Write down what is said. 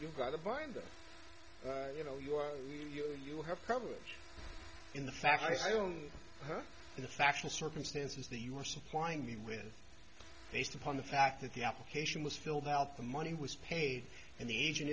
you got a binder you know you are you you have coverage in the fact i only heard the factual circumstances that you were supplying me with based upon the fact that the application was filled out the money was paid and the agent